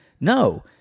No